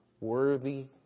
worthy